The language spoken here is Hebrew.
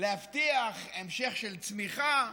להבטיח המשך של צמיחה,